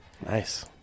Nice